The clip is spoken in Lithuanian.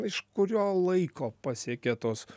iš kurio laiko pasiekė tos